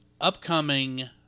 upcoming